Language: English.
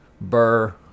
Burr